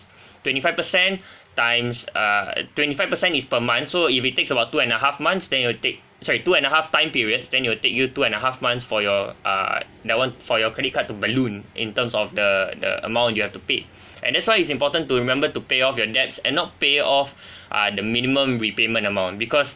twenty five percent times uh twenty five percent is per month so if it takes about two and a half months then it'll take sorry two and a half time periods then it will take you two and a half months for your err that one for your credit card to balloon in terms of the the amount you have to pay and that's why it's important to remember to pay off your debts and not pay off uh the minimum repayment amount because